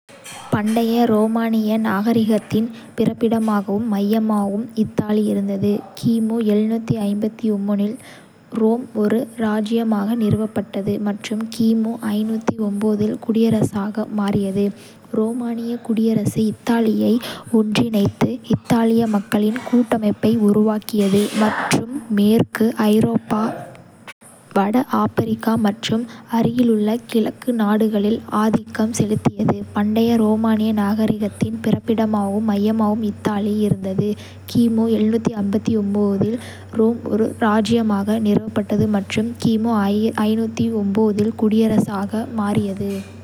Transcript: பண்டைய ரோமானிய நாகரிகத்தின் பிறப்பிடமாகவும் மையமாகவும் இத்தாலி இருந்தது. கிமு இல் ரோம் ஒரு ராஜ்யமாக நிறுவப்பட்டது மற்றும் கிமு 509 இல் குடியரசாக மாறியது. ரோமானிய குடியரசு இத்தாலியை ஒன்றிணைத்து இத்தாலிய மக்களின் கூட்டமைப்பை உருவாக்கியது மற்றும் மேற்கு ஐரோப்பா, வட ஆபிரிக்கா மற்றும் அருகிலுள்ள கிழக்கு நாடுகளில் ஆதிக்கம் செலுத்தியது. பண்டைய ரோமானிய நாகரிகத்தின் பிறப்பிடமாகவும் மையமாகவும் இத்தாலி இருந்தது. கிமு இல் ரோம் ஒரு ராஜ்யமாக நிறுவப்பட்டது மற்றும் கிமு இல் குடியரசாக மாறியது.